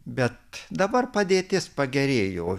bet dabar padėtis pagerėjo jo